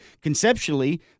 conceptually